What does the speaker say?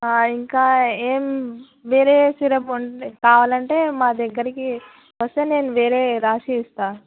ఇంకా ఏమి వేరే సిరప్ ఉంది కావాలంటే మా దగ్గరకి వస్తే నేను వేరే రాసి ఇస్తాను